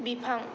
बिफां